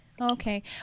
Okay